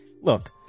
Look